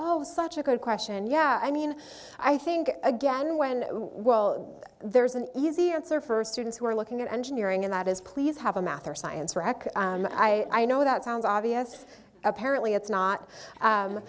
oh such a good question yeah i mean i think again when well there's an easy answer for students who are looking at engineering and that is please have a math or science record but i know that sounds obvious apparently it's not